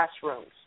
classrooms